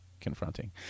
confronting